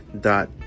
dot